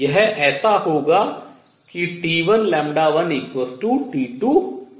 यह ऐसा होगा कि T1 1 T2 2